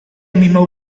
mismo